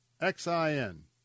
X-I-N